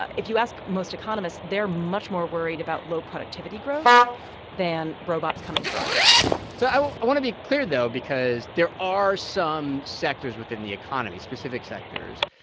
ah if you ask most economists, they're much more worried about low productivity growth than robots coming for our jobs so i want to be clear, though, because there are some sectors within the economy, specific sectors,